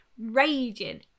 raging